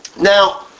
Now